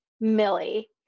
Millie